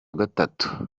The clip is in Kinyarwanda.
gatatu